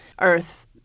earth